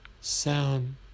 sound